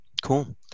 Cool